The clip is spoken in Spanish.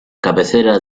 cabecera